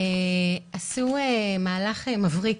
עשו מהלך מבריק